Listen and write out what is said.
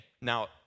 Now